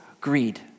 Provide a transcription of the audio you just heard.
greed